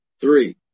Three